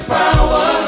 power